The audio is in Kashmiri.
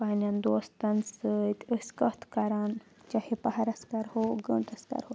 پنٛنؠن دوستَن سۭتۍ أسۍ کَتھ کَران چاہے پہرَس کَرہو گٲنٛٹَس کَرہو